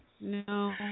No